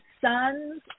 sons